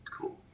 Cool